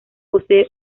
posee